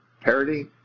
parody